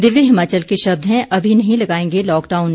दिव्य हिमाचल के शब्द हैं अभी नहीं लगाएंगे लॉकडाउन